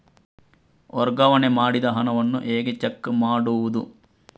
ವರ್ಗಾವಣೆ ಮಾಡಿದ ಹಣವನ್ನು ಹೇಗೆ ಚೆಕ್ ಮಾಡುವುದು?